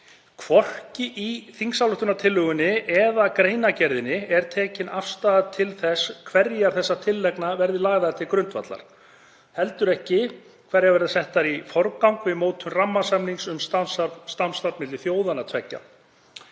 Hvorki í þingsályktunartillögunni né greinargerðinni er tekin afstaða til þess hverjar þessara tillagna verði lagðar til grundvallar eða hverjar verði settar í forgang við mótun rammasamnings um samstarf milli þjóðanna tveggja.